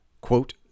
quote